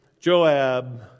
Joab